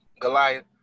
Goliath